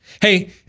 Hey